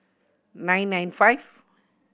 nine nine five